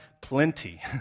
plenty